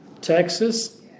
Texas